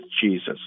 Jesus